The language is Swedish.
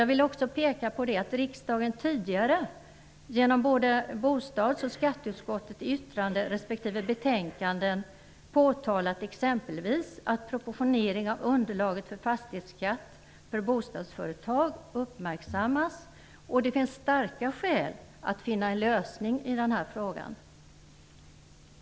Jag vill också peka på att riksdagen tidigare, genom yttranden respektive betänkanden från både bostads och skatteutskottet, har påpekat exempelvis att proportionering av underlaget för fastighetsskatt för bostadsföretag uppmärksammas och att det finns starka skäl att finna en lösning i denna fråga.